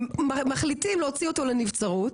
מחליטים להוציא אותו לנבצרות,